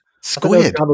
Squid